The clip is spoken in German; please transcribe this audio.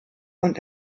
und